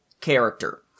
character